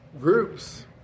groups